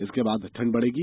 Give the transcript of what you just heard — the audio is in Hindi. इसके बाद ठंड बढ़ेगी